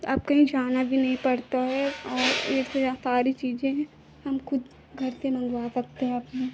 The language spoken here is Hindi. अब कहीं जाना भी नहीं पड़ता है और इससे सारी चीज़ें हम खुद घर पर मँगवा सकते हैं अपने